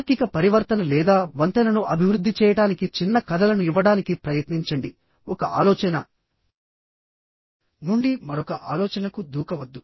తార్కిక పరివర్తన లేదా వంతెనను అభివృద్ధి చేయడానికి చిన్న కథలను ఇవ్వడానికి ప్రయత్నించండిఒక ఆలోచన నుండి మరొక ఆలోచనకు దూకవద్దు